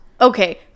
Okay